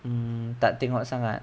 hmm tak tengok sangat